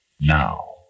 now